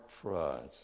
trust